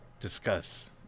Discuss